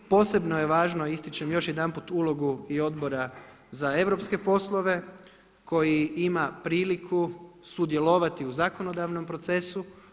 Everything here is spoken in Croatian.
Posebno je važno a ističem još jedanput ulogu i Odbora za europske poslove koji ima priliku sudjelovati u zakonodavnom procesu.